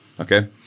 Okay